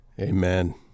Amen